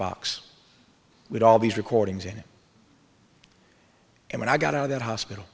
box with all these recordings in it and when i got out of that hospital